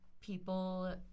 people